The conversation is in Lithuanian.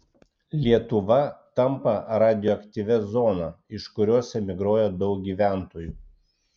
lietuva tampa radioaktyvia zona iš kurios emigruoja daug gyventojų